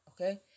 Okay